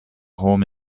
home